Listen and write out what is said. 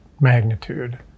magnitude